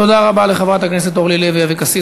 תודה רבה לחברת הכנסת אורלי לוי אבקסיס.